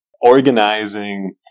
organizing